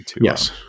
Yes